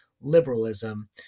liberalism